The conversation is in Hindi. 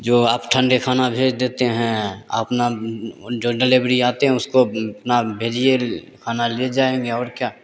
जो आप ठंडे खाना भेज देते हैं अपना जो डिलीवरी आते हैं उसको अपना भेजिए खाना ले जाएँगे और क्या